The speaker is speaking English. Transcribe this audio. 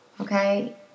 Okay